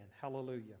Hallelujah